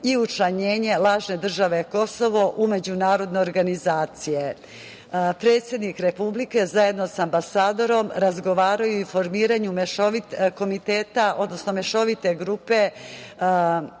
i učlanjenje lažne države Kosovo u međunarodne organizacije. Predsednik Republike zajedno sa ambasadorom razgovaraju i o formiranju mešovite grupe